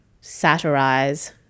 satirize